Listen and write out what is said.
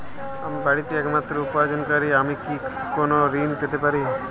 আমি বাড়িতে একমাত্র উপার্জনকারী আমি কি কোনো ঋণ পেতে পারি?